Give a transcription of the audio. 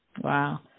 Wow